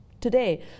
Today